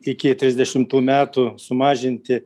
iki trisdešimtų metų sumažinti